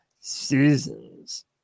seasons